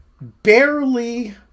barely